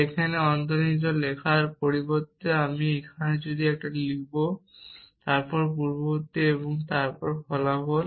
যেখানে অন্তর্নিহিত চিহ্ন লেখার পরিবর্তে আমি এখানে যদি একটি লিখব তারপর পূর্ববর্তী এবং তারপর ফলাফল